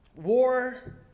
War